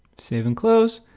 save and close.